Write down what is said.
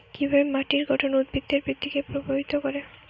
কিভাবে মাটির গঠন উদ্ভিদের বৃদ্ধিকে প্রভাবিত করে?